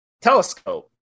telescope